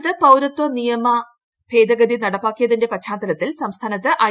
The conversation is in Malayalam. രാജ്യത്ത് പൌരത്വ ഭേദഗതി നിയമം നടപ്പാക്കിയതിന്റെ പശ്ചാത്തലത്തിൽ സംസ്ഥാനത്ത് ഐ